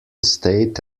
state